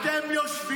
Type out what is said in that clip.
אתה ישבת